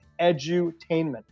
edutainment